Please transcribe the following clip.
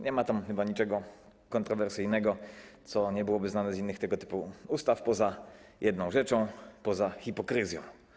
Nie ma tam chyba niczego kontrowersyjnego, co nie byłoby znane z innych tego typu ustaw, poza jedną rzeczą - poza hipokryzją.